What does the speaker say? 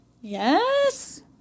Yes